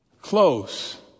close